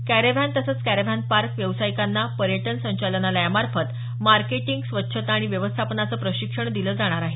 caravan तसंच caravan park व्यावसायिकांना पर्यटन संचालनालयामार्फत मार्केटिंग स्वच्छता आणि व्यवस्थापनाचं प्रशिक्षण दिलं जाणार आहे